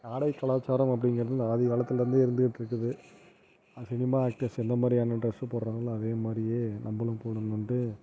ஆடைக் கலாச்சாரம் அப்படிங்கிறது இந்த ஆதிகாலத்துலேருந்தே இருந்துட்டுருக்குது அந்த சினிமா ஆக்டெர்ஸ் எந்தமாதிரியான ட்ரெஸ்ஸு போடுகிறாங்களோ அதேமாதிரியே நம்மளும் போடணுன்ட்டு